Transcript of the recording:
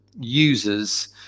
users